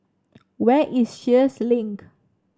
where is Sheares Link